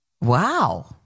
wow